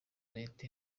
leta